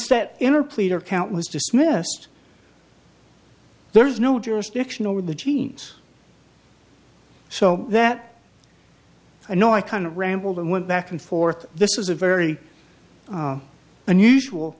step in or plead or count was dismissed there is no jurisdiction over the genes so that i know i kind of rambled and went back and forth this is a very unusual